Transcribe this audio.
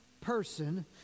person